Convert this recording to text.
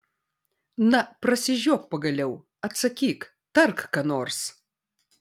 na prasižiok pagaliau atsakyk tark ką nors